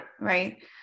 right